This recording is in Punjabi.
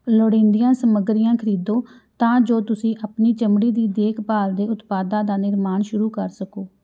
ਲੋੜੀਂਦੀਆਂ ਸਮੱਗਰੀਆਂ ਖਰੀਦੋ ਤਾਂ ਜੋ ਤੁਸੀਂ ਆਪਣੀ ਚਮੜੀ ਦੀ ਦੇਖਭਾਲ ਦੇ ਉਤਪਾਦਾਂ ਦਾ ਨਿਰਮਾਣ ਸ਼ੁਰੂ ਕਰ ਸਕੋ